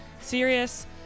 serious